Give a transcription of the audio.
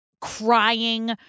crying